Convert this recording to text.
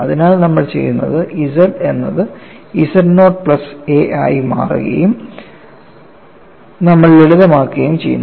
അതിനാൽ നമ്മൾ ചെയ്യുന്നത് z എന്നത് z നോട്ട് പ്ലസ് a ആയി മാറുകയും നമ്മൾ ലളിതമാക്കുകയും ചെയ്യുന്നു